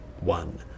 one